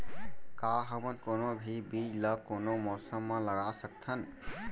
का हमन कोनो भी बीज ला कोनो मौसम म लगा सकथन?